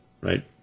right